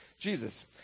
Jesus